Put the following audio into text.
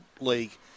League